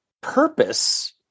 purpose